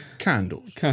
candles